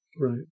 Right